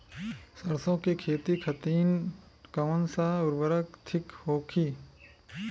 सरसो के खेती खातीन कवन सा उर्वरक थिक होखी?